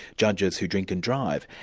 judges who drink and drive,